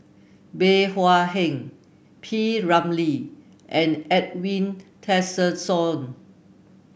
Bey Hua Heng P Ramlee and Edwin Tessensohn